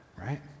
right